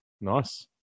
Nice